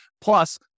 Plus